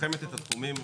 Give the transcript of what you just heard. תכתוב את זה במילים שלך.